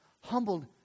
humbled